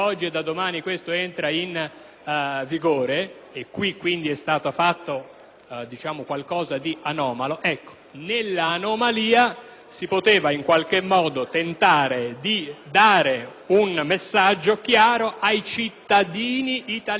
in vigore domani - una anomalia si poteva in qualche modo tentare di mandare un messaggio chiaro ai cittadini italiani e non esclusivamente ad un despota quale Gheddafi è.